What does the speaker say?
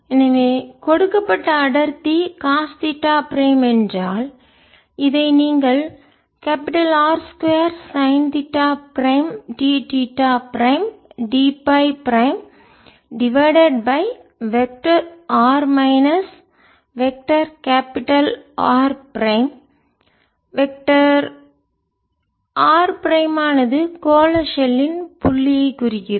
எனவே கொடுக்கப்பட்ட அடர்த்தி காஸ் தீட்டா பிரைம் என்றால் இதை நீங்கள் R 2 sine theta prime d theta prime d phi prime divided by vector R minus vector R prime vector R பிரைம்மானது கோள ஷெல்லின் புள்ளியைக் குறிக்கிறது